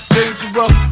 Dangerous